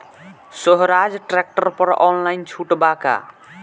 सोहराज tractor पर online छूट बा का?